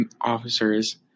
officers